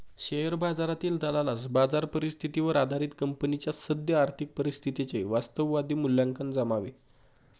share बाजारातील दलालास बाजार परिस्थितीवर आधारित कंपनीच्या सद्य आर्थिक परिस्थितीचे वास्तववादी मूल्यांकन जमावे